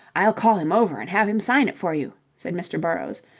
i'll call him over and have him sign it for you, said mr. burrowes,